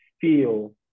feel